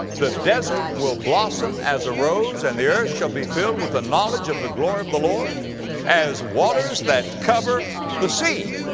the desert will blossom as a rose and the earth shall be filled with the knowledge of the glory of the lord as waters that cover the sea.